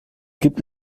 gibt